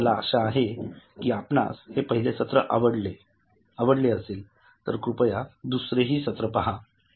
मला आशा आहे की आपणास हे पहिले सत्र आवडले असेल तर कृपया दुसरे सत्र हि पहा